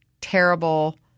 terrible